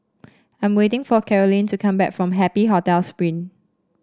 I'm waiting for Caroline to come back from Happy Hotel Spring